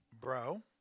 Bro